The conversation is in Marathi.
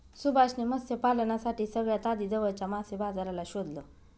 सुभाष ने मत्स्य पालनासाठी सगळ्यात आधी जवळच्या मासे बाजाराला शोधलं